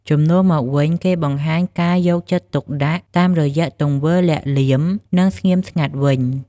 ជំនួសមកវិញ គេបង្ហាញការយកចិត្តទុកដាក់តាមរយៈទង្វើលាក់លៀម និងស្ងៀមស្ងាត់វិញ។